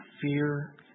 fear